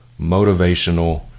motivational